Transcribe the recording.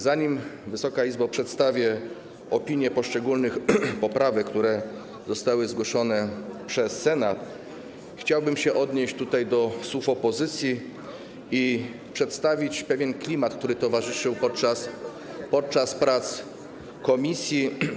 Zanim, Wysoka Izbo, przedstawię opinię dotyczącą poszczególnych poprawek, które zostały zgłoszone przez Senat, chciałbym się odnieść do słów opozycji i przedstawić pewien klimat, który towarzyszył podczas prac komisji.